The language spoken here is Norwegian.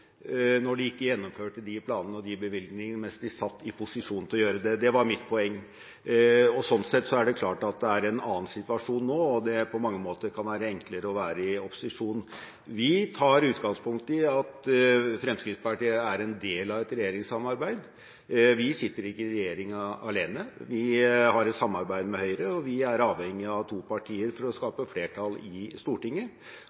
når man ikke gjennomførte de planene og de bevilgningene mens man satt i posisjon til å kunne gjøre det. Det var mitt poeng. Sånn sett er det klart at det er en annen situasjon nå, og at det på mange måter kan være enklere å være i opposisjon. Vi tar utgangspunkt i at Fremskrittspartiet er en del av et regjeringssamarbeid. Vi sitter ikke i regjering alene. Vi har et samarbeid med Høyre, og vi er avhengig av to partier for å